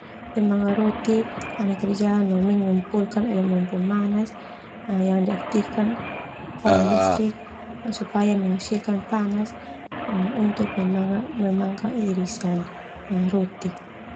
Pemanggang roti ana berkerja no mengumpulkan elemen pemanas yang diaktifkan oleh listrik, supaya menghasilkan panas untuk memanggang- memamngang irisan roti.